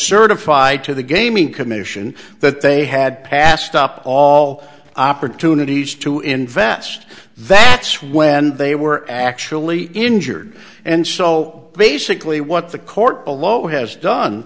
certify to the gaming commission that they had passed up all opportunities to invest that's when they were actually injured and so basically what the court below has done